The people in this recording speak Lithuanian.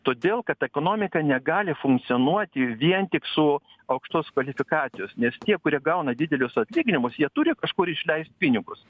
todėl kad ekonomika negali funkcionuoti vien tik su aukštos kvalifikacijos nes tie kurie gauna didelius atlyginimus jie turi kažkur išleist pinigus